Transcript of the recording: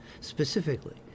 Specifically